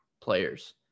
players